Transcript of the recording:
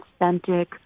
authentic